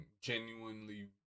genuinely